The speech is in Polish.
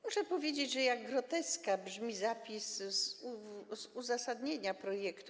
Muszę powiedzieć, że jak groteska brzmi zapis uzasadnienia projektu.